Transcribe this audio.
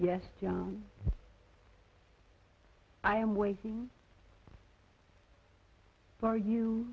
yes i am waiting for you